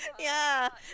yeah